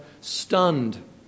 stunned